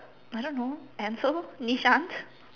I don't know and so Nishan